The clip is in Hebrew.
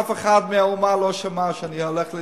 אני מאמין שאף אחד מהאומה לא שמע שאני הולך,